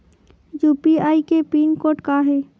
UPI के pin code का हे?